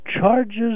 charges